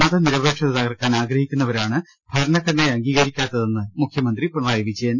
മതനിരപേക്ഷത തകർക്കാൻ ആഗ്രഹിക്കുന്നവരാണ് ഭരണഘട നയെ അംഗീകരിക്കാത്തതെന്ന് മുഖ്യമന്ത്രി പിണറായി വിജയൻ